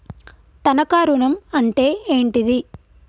తనఖా ఋణం అంటే ఏంటిది?